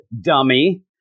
dummy